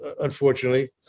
unfortunately